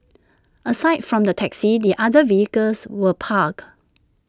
aside from the taxi the other vehicles were parked